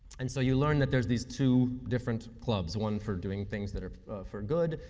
and so, you learn that there's these two different clubs, one for doing things that are for good,